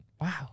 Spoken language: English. Wow